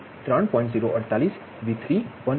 048 V3 1